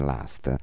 Last